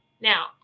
Now